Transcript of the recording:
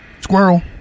squirrel